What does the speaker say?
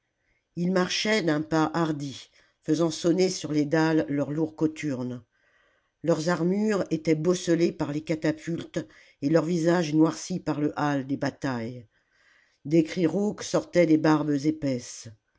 ils marchaient d'un pas hardi faisant sonner sur les dalles leurs lourds cothurnes leurs armures étaient bosselées par les catapultes et leurs visages noircis par le haie des batailles des cris rauques sortaient des barbes épaisses